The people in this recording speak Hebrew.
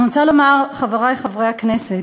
אני רוצה לומר, חברי חברי הכנסת,